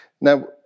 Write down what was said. Now